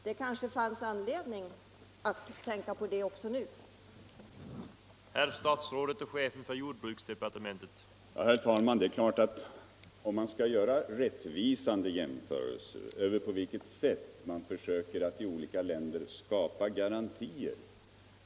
Det kanske skulle finnas anledning att tänka på det också när det gäller fiskerinäringsutredningen.